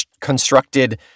constructed